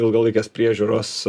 ilgalaikės priežiūros